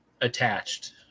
attached